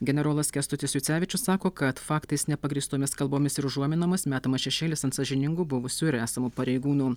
generolas kęstutis jucevičius sako kad faktais nepagrįstomis kalbomis ir užuominomis metamas šešėlis ant sąžiningų buvusių ir esamų pareigūnų